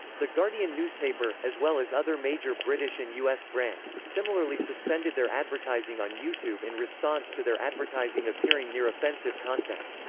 the guardian newspaper, as well as other major british and u s. brands, similarly suspended their advertising on youtube in response to their advertising appearing near offensive content.